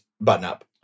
button-up